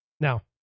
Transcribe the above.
now